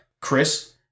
Chris